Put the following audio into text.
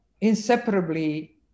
inseparably